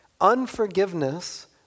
Unforgiveness